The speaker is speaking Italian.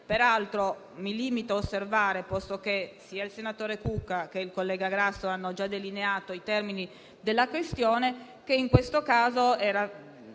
Peraltro, mi limito a osservare - posto che sia il senatore Cucca che il collega Grasso hanno già delineato i termini della questione - che la complessità